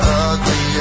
ugly